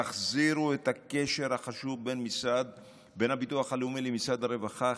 תחזירו את הקשר החשוב בין הביטוח הלאומי למשרד הרווחה.